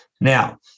Now